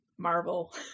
Marvel